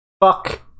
Fuck